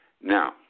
Now